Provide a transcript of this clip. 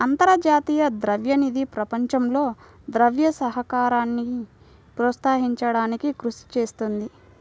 అంతర్జాతీయ ద్రవ్య నిధి ప్రపంచంలో ద్రవ్య సహకారాన్ని ప్రోత్సహించడానికి కృషి చేస్తుంది